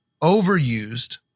overused